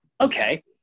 okay